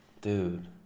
Dude